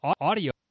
audio